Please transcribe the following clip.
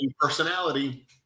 personality